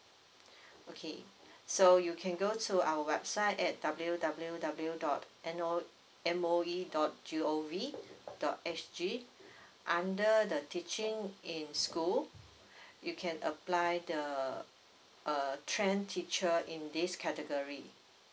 okay so you can go to our website at W W W dot N O M O E dot G O V dot S G under the teaching in school you can apply the uh train teacher in this category